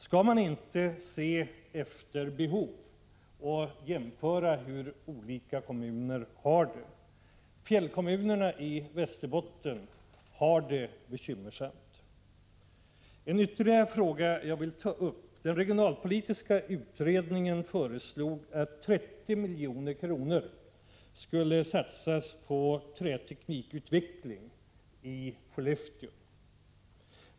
Skall man inte se till behoven och göra jämförelser mellan olika kommuner? Fjällkommunerna i Västerbotten har det bekymmersamt. Så ytterligare en fråga som jag vill ta upp. Den regionalpolitiska utredningen föreslog att 30 milj.kr. skulle satsas på träteknikutveckling i Skellefteå.